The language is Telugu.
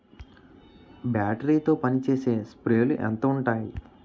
బ్యాటరీ తో పనిచేసే స్ప్రేలు ఎంత ఉంటాయి?